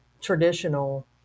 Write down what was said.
traditional